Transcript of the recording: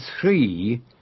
three